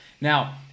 Now